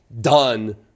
done